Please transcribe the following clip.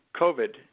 COVID